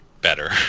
better